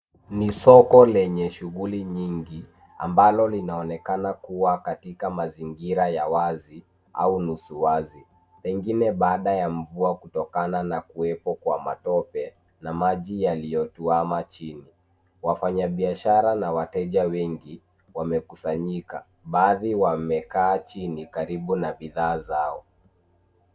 Ni soko lenye shughuli nyingi, ambalo linaonekana kuwa katika mazingira ya wazi au nusu wazi, pengine baada ya mvua kutokana na kuwepo kwa matope na maji yaliyotuama chini. Wafanyabiashara na wateja wengi wamekusanyika, baadhi wamekaa chini karibu na bidhaa zao.